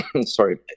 sorry